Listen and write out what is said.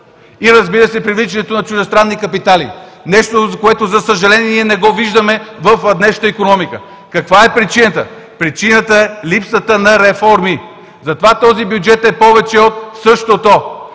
и, разбира се, привличането на чуждестранни капитали – нещо, което, за съжаление, не го виждаме в днешната икономика. Каква е причината? Причината е липсата на реформи. Затова този бюджет е „повече от същото“!